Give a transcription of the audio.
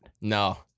No